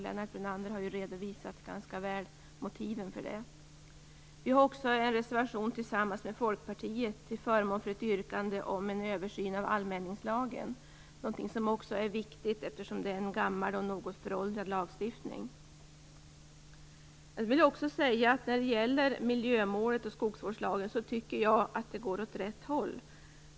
Lennart Brunander har ganska väl redovisat motiven för det. Vi har också en reservation tillsammans med Folkpartiet till förmån för ett yrkande om en översyn av allmänningslagen. Det är också viktigt, eftersom det är en gammal och något föråldrad lagstiftning. När det gäller miljömålet och skogsvårdslagen tycker jag att det går åt rätt håll.